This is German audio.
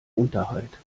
unterhalt